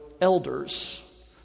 elders